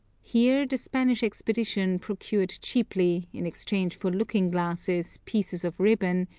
here the spanish expedition procured cheaply, in exchange for looking-glasses, pieces of ribbon,